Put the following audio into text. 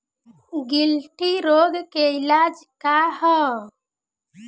गिल्टी रोग के इलाज का ह?